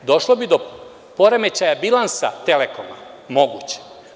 Došlo bi do poremećaja bilansa „Telekoma“, mogućeg.